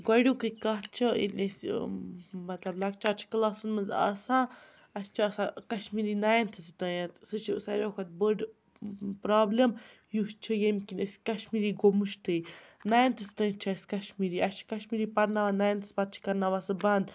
گۄڈیُکُے کَتھ چھِ ییٚلہِ أسۍ مطلب لَکچار چھِ کٕلاسَن منٛز آسان اَسہِ چھِ آسان کشمیٖری ناینتھسٕے تانٮ۪تھ سُہ چھِ سارویو کھۄتہٕ بٔڑ پرٛابلِم یُس چھِ یٔمۍ کِنۍ أسۍ کشمیٖری گوٚو مُشتٕے ناینتھَس تانٮ۪تھ چھِ اَسہِ کشمیٖری اَسہِ چھِ کشمیٖری پرناوان ناینتھَس پَتہٕ چھِ کَرناوان سُہ بنٛد